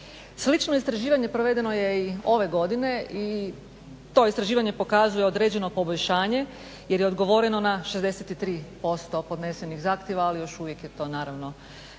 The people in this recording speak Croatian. Slično istraživanje provedeno je i ove godine i to istraživanje pokazuje određeno poboljšanje jer je odgovoreno na 63% podnesenih zahtjeva, ali još uvijek je to naravno